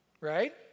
right